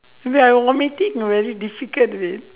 wait I vomiting very difficult leh